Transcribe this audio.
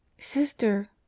Sister